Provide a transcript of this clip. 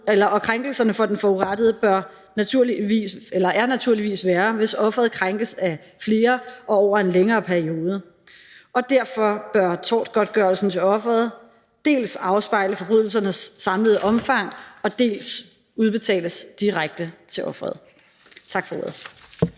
og krænkelserne for den forurettede er naturligvis værre, hvis offeret krænkes af flere og over en længere periode. Derfor bør tortgodtgørelsen til offeret dels afspejle forbrydelsernes samlede omfang, dels udbetales direkte til offeret. Tak for ordet.